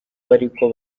bariko